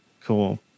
Cool